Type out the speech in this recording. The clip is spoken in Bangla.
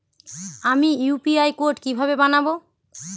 আমি ইউ.পি.আই কোড কিভাবে বানাব?